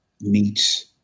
meets